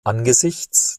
angesichts